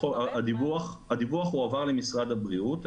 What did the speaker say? הדיווח הועבר למשרד הבריאות.